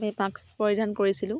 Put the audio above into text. আমি মাস্ক পৰিধান কৰিছিলোঁ